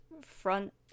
front